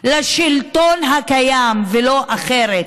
לשלטון הקיים ולא אחרת.